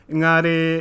ngare